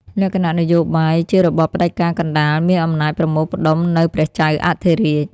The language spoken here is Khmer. លក្ខណៈនយោបាយ ជារបបផ្ដាច់ការកណ្ដាល មានអំណាចប្រមូលផ្តុំនៅព្រះចៅអធិរាជ។